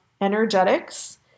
energetics